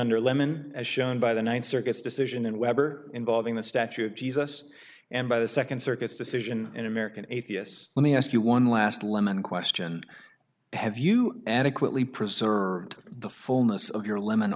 under lemon as shown by the ninth circuit's decision in weber involving the statue of jesus and by the second circuit's decision in american atheists let me ask you one last lemon question have you adequately preserved the fullness of your lemon